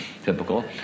typical